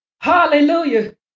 hallelujah